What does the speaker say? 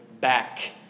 back